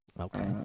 okay